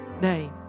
name